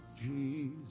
Jesus